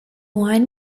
line